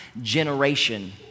generation